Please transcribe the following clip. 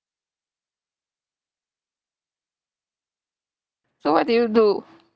so what did you do